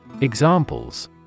Examples